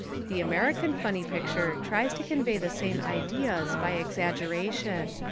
the american funny picture tries to convey the same ideas by exaggeration.